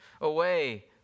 away